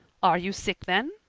are you sick then?